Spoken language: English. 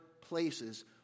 places